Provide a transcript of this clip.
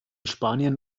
spanien